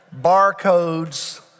barcodes